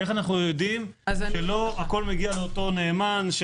איך אנו יודעים שלא הכול מגיע לאותו נאמן,